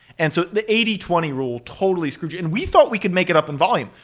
and so the eighty twenty rule totally screwed you, and we thought we could make it up in volume.